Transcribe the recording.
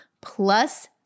plus